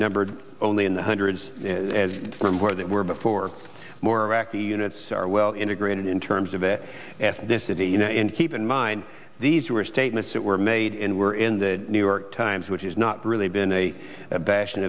numbered only in the hundreds as from where they were before more iraqi units are well integrated in terms of it ethnicity you know keep in mind these were statements that were made and were in the new york times which is not really been a bastion